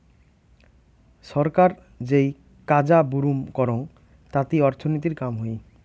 ছরকার যেই কাজা বুরুম করং তাতি অর্থনীতির কাম হই